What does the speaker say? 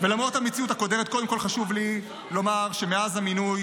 למרות המציאות הקודרת קודם כול חשוב לי לומר שמאז המינוי